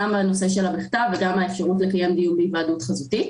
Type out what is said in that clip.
גם הנושא של בכתב וגם האפשרות לקיים דיונים בהיוועדות חזותית.